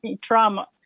trauma